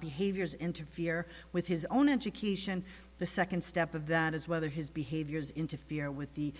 behaviors interfere with his own education the second step of that is whether his behaviors interfere with the